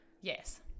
yes